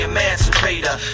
Emancipator